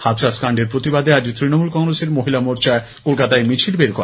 হাথরাস কান্ডের প্রতিবাদে আজ ত্রণমূল কংগ্রেসের মহিলা মোর্চা কলকাতায় মিছিল বের করে